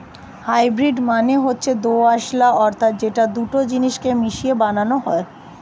hybrid মানে হচ্ছে দোআঁশলা অর্থাৎ যেটা দুটো জিনিস কে মিশিয়ে বানানো হয়